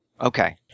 okay